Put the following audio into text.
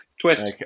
twist